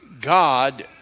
God